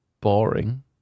boring